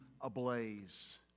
ablaze